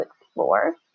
explore